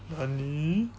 nani